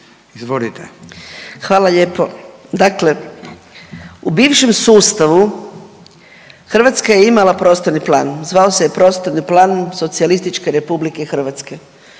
(GLAS)** Hvala lijepo. Dakle, u bivšem sustavu Hrvatska je imala prostorni plan, zvao se je Prostorni plan SR Hrvatske